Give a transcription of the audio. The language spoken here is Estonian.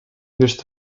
just